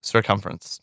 Circumference